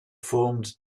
formed